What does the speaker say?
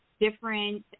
different